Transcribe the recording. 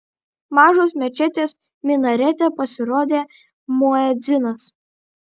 mažos mečetės minarete pasirodė muedzinas